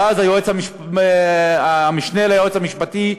ואז המשנה ליועץ המשפטי החליט,